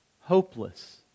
Hopeless